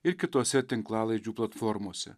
ir kitose tinklalaidžių platformose